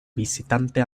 visitante